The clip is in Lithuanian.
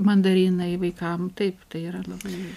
mandarinai vaikam taip tai yra labai